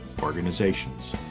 organizations